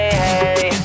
hey